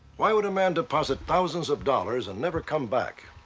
why would a man deposit thousands of dollars and never come back?